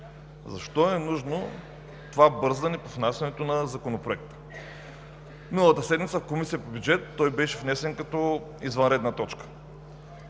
защо е нужно това бързане по внасянето на Законопроекта? Миналата седмица в Комисията по бюджет и финанси той беше внесен като извънредна точка.